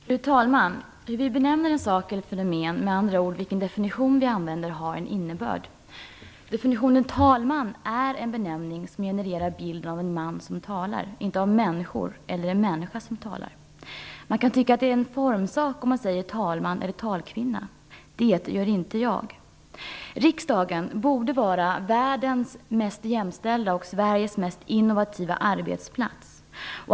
Fru talman! Hur vi benämner en sak eller ett fenomen, med andra ord vilken definition vi använder, har en innebörd. Definitionen "talman" är en benämning som genererar bilden av en man som talar, inte av människor eller en människa som talar. Man kan tycka att det är en formsak om man säger talman eller talkvinna, men det gör inte jag. Riksdagen borde vara världens mest jämställda och Sveriges mest innovativa arbetsplats.